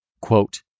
Quote